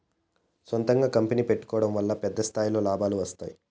సొంతంగా కంపెనీ పెట్టుకోడం వల్ల పెద్ద స్థాయిలో లాభాలు వస్తాయి